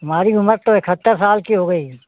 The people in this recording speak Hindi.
हमारी उम्र तो इकहत्तर साल की हो गई है